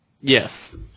Yes